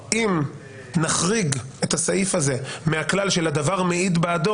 אם נחריג את הסעיף הזה מהכלל של הדבר מעיד על עצמו,